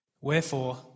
Wherefore